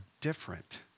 different